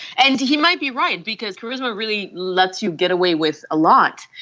and he might be right, because charisma really lets you get away with a lot,